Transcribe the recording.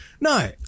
No